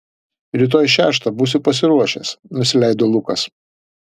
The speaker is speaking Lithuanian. rytoj šeštą būsiu pasiruošęs nusileido lukas